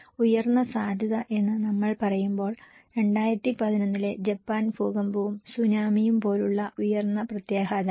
ഉയർന്ന സാധ്യത എന്ന് നമ്മൾ പറയുമ്പോൾ 2011 ലെ ജപ്പാൻ ഭൂകമ്പവും സുനാമിയും പോലുള്ള ഉയർന്ന പ്രത്യാഘാതങ്ങൾ